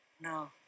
No